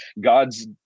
God's